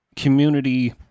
community